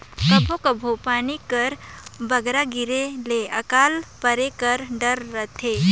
कभों कभों पानी कर बगरा गिरे ले अकाल परे कर डर रहथे